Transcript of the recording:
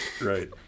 right